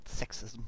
sexism